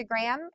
Instagram